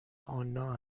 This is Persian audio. آنا